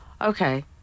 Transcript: Okay